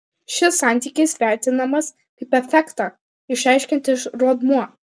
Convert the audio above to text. šis santykis vertinamas kaip efektą išreiškiantis rodmuo